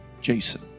Jason